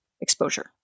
exposure